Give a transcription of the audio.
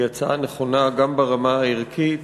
היא הצעה נכונה גם ברמה הערכית